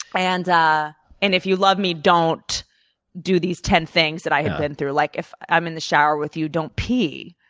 and and if you love me, don't do these ten things that i have been through. like if i'm in the shower with you, don't pee.